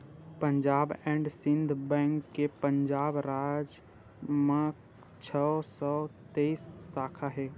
Punjab and Sind bank के पंजाब राज म छै सौ तेइस साखा हे